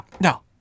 No